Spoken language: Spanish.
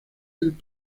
del